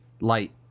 light